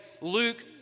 Luke